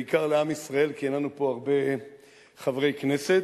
בעיקר לעם ישראל, כי אין לנו פה הרבה חברי כנסת,